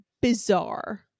bizarre